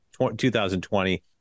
2020